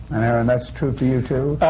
and erin, that's true for you, too?